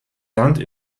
land